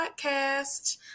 podcast